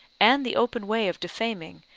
and the open way of defaming,